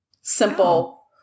Simple